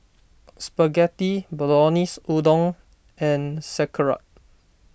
Spaghetti Bolognese Udon and Sauerkraut